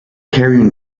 carrion